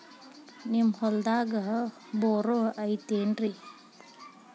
ನಿಮ್ಮ ಹೊಲ್ದಾಗ ಬೋರ್ ಐತೇನ್ರಿ?